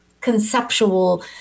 conceptual